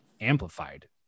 amplified